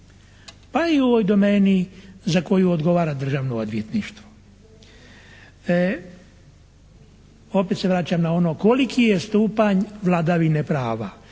pa i u ovoj domeni za koju odgovara Državno odvjetništvo. Opet se vraćam na ono koliki je stupanj vladavine prava,